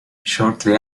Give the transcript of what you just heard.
shortly